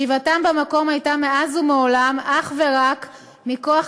ישיבתם במקום הייתה מאז ומעולם אך ורק מכוח